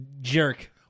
jerk